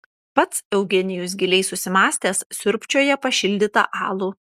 pats eugenijus giliai susimąstęs siurbčioja pašildytą alų